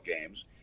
games